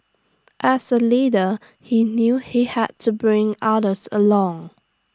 as A leader he knew he had to bring others along